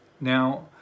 Now